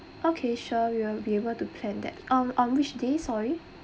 okay sure we will be able to plan that on on which day sorry